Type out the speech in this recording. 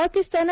Pakistan